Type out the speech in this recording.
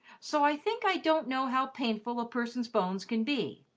so i think i don't know how painful a person's bones can be,